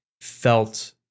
felt